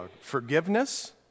forgiveness